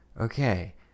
Okay